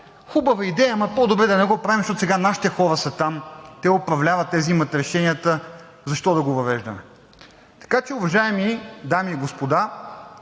хубава идея, ама по-добре да не го правим, защото сега нашите хора са там, те управляват, те взимат решенията, защо да го въвеждаме? Така че, уважаеми дами и господа,